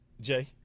Jay